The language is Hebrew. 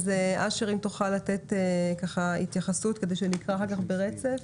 אשר, אם תוכל לתת התייחסות כדי שנקרא ברצף.